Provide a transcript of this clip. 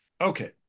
Okay